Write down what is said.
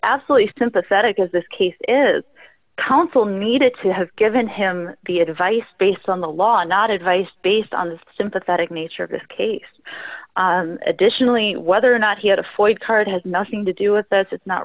absolutely sympathetic as this case is counsel needed to have given him the advice based on the law and not advice based on the sympathetic nature of this case additionally whether or not he had a ford card has nothing to do with those it's not